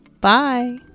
Bye